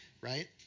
right